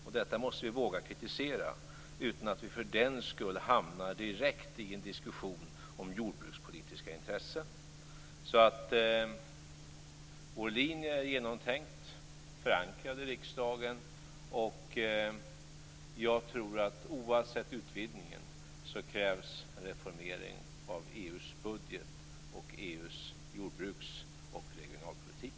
Detta måste vi våga kritisera utan att vi för den skull hamnar direkt i en diskussion om jordbrukspolitiska intressen. Vår linje är genomtänkt, förankrad i riksdagen. Jag tror att oavsett utvidgningen krävs det en reformering av EU:s budget och EU:s jordbruks och regionalpolitik.